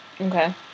Okay